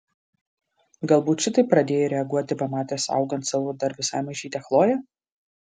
galbūt šitaip pradėjai reaguoti pamatęs augant savo dar visai mažytę chloję